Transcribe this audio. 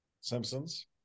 Simpsons